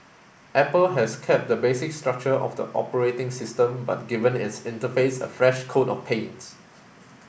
Apple has kept the basic structure of the operating system but given its interface a fresh coat of paint